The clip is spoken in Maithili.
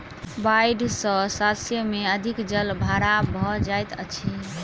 बाइढ़ सॅ शस्य में अधिक जल भराव भ जाइत अछि